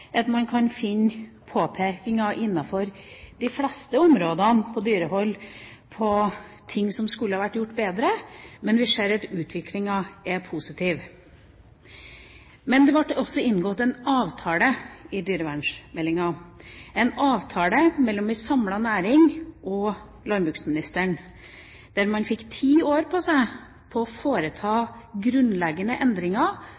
at man kan finne påpekninger på de fleste områder innenfor dyrehold på ting som skulle vært gjort bedre, men vi ser at utviklinga er positiv. Det ble også inngått en avtale i forbindelse med dyrevernsmeldinga – en avtale mellom en samlet næring og landbruksministeren – der man fikk ti år på seg til å